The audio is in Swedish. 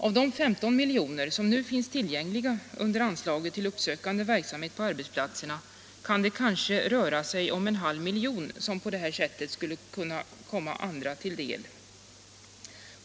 Av de 15 miljonerna som finns tillgängliga under anslaget till uppsökande verksamhet på arbetsplatserna kan det kanske röra sig om en halv miljon, som på det här sättet skulle komma andra till del.